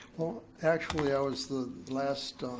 actually i was the last